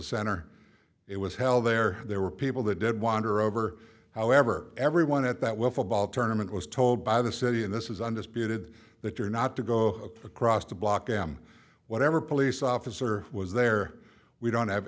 center it was held there there were people that did wander over however everyone at that well football tournament was told by the city and this is undisputed that you're not to go across to block him whatever police officer was there we don't have